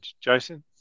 Jason